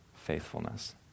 Faithfulness